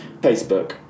Facebook